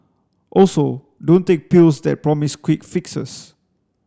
also don't take pills that promise quick fixes